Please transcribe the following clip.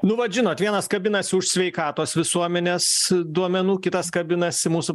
nu vat žinot vienas kabinasi už sveikatos visuomenės duomenų kitas kabinasi mūsų